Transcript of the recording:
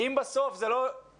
אם בסוף זה לא יקרה,